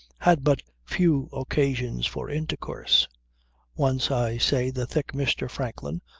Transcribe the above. had but few occasions for intercourse once, i say, the thick mr. franklin,